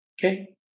Okay